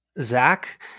Zach